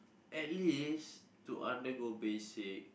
at least to undergo basic